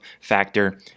Factor